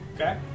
Okay